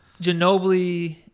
Ginobili